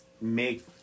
make